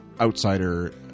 outsider